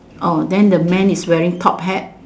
oh then the man is wearing top hat